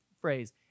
phrase